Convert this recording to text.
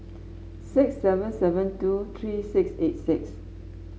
six seven seven two three six eight six